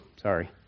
sorry